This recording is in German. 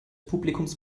publikums